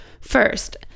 First